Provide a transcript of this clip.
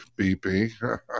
bp